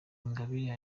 ingabire